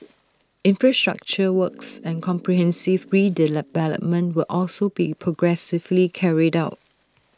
infrastructure works and comprehensive redevelopment will also be progressively carried out